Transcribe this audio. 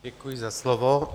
Děkuji za slovo.